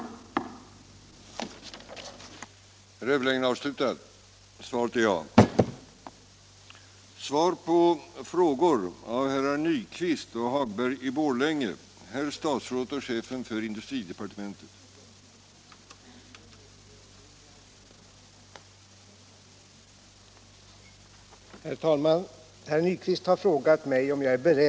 Den gamla